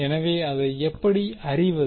எனவே அதை எப்படி அறிவது